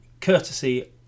Courtesy